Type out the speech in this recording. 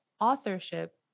authorship